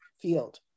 field